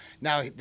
Now